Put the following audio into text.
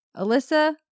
Alyssa